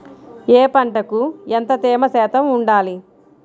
ఏ పంటకు ఎంత తేమ శాతం ఉండాలి?